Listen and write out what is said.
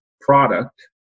product